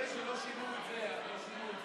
אותי, כנראה שלא שינו את זה, אוקיי.